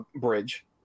Bridge